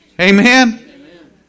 Amen